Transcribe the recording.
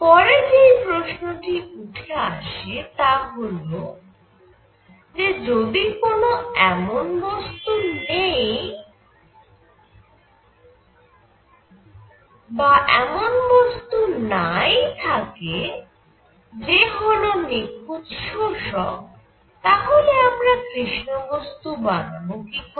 পরে যেই প্রশ্নটি উঠে আসে তা হল যে যদি কোন এমন বস্তু নাই থাকে যে হল নিখুঁত শোষক তাহলে আমরা কৃষ্ণ বস্তু বানাবো কি করে